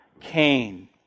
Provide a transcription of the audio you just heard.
Cain